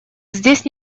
здесь